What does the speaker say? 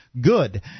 good